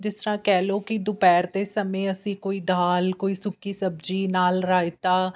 ਜਿਸ ਤਰ੍ਹਾਂ ਕਹਿ ਲਓ ਕਿ ਦੁਪਹਿਰ ਦੇ ਸਮੇਂ ਅਸੀਂ ਕੋਈ ਦਾਲ ਕੋਈ ਸੁੱਕੀ ਸਬਜ਼ੀ ਨਾਲ ਰਾਇਤਾ